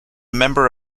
member